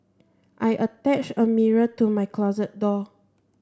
I attached a mirror to my closet door